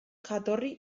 jatorri